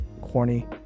corny